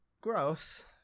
Gross